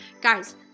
Guys